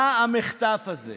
מה המחטף הזה?